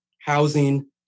housing